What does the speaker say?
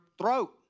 throat